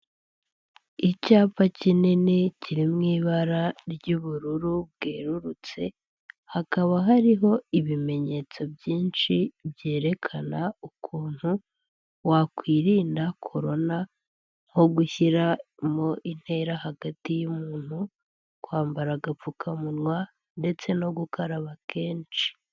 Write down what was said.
Icyapa kinini kiri mu ibara ry'ubururu bwerurutse. Hakaba hariho ibimenyetso byinshi byerekana ukuntu wakwirinda corona nko gushyiramo intera hagati y'umuntu, kwambara agapfukamunwa, ndetse no gukaraba kenshi.